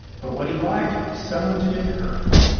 but what he liked was someone to encourage.